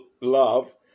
Love